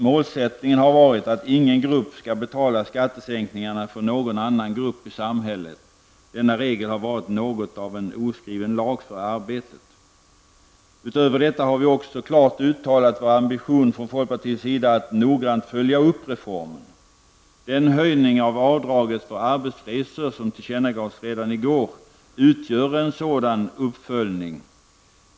Målsättningen har varit att ingen grupp skall betala skattesänkningarna för någon annan grupp i samhället. Denna regel har varit något av en oskriven lag för arbetet. Utöver detta har vi också klart uttalat vår ambition från folkpartiets sida att noggrant följa upp reformen. Den höjning av avdraget för arbetsresor som tillkännagavs redan i går utgör en sådan uppföljning.